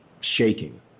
shaking